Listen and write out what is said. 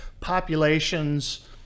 Populations